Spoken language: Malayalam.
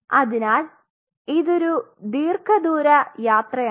അതിനാൽ ഇത് ഒരു ദീർഘദൂര യാത്രയാണ്